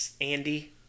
Andy